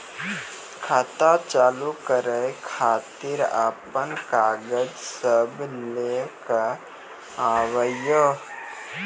खाता चालू करै खातिर आपन कागज सब लै कऽ आबयोक?